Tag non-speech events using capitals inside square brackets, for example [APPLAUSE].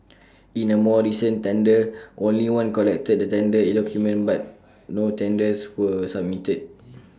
in A more recent tender [NOISE] only one collected the tender document but no tenders were submitted [NOISE]